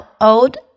old